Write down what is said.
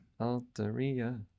Altaria